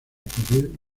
cubrir